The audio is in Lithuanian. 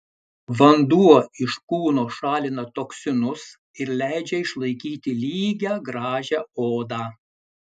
vanduo iš kūno šalina toksinus ir leidžia išlaikyti lygią gražią odą